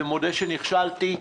ומודה שנכשלתי,